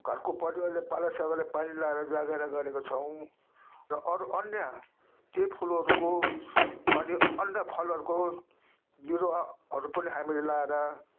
घरको परिवारले पालैसँगले पानी लगाएर जगेरा गरेको छौँ र अरू अन्य त्यो फुलहरूको अनि अन्य फलहरूको बिरुवाहरू पनि हामीले लगाएर